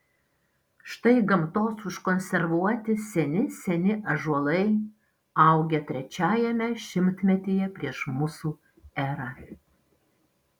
štai gamtos užkonservuoti seni seni ąžuolai augę trečiajame šimtmetyje prieš mūsų erą